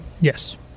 Yes